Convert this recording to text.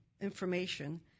information